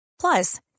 Plus